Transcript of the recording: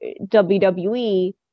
WWE